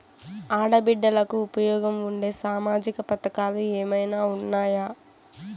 ఆడ బిడ్డలకు ఉపయోగం ఉండే సామాజిక పథకాలు ఏమైనా ఉన్నాయా?